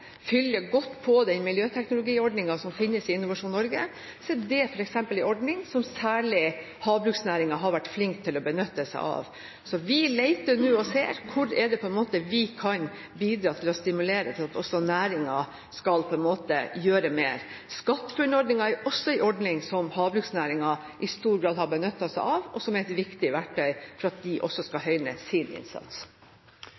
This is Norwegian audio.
godt på den miljøteknologiordningen som finnes i Innovasjon Norge, og det er en ordning som særlig havbruksnæringen har vært flink til å benytte seg av. Vi leter nå og ser hvor det er vi kan bidra til å stimulere til at også næringen på en måte skal gjøre mer. SkatteFUNN-ordningen er også en ordning som havbruksnæringen i stor grad har benyttet seg av, og som er et viktig verktøy for at de også skal